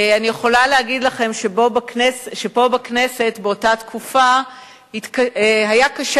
אני יכולה להגיד לך שפה בכנסת באותה תקופה היה קשה